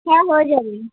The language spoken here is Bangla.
হ্যাঁ হয়ে যাবে